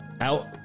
out